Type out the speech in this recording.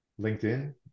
linkedin